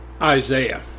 Isaiah